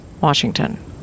Washington